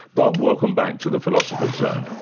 bob, welcome back to the philosopher's zone.